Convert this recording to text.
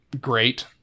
great